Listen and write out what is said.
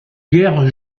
guerre